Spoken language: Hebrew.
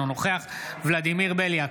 אינו נוכח ולדימיר בליאק,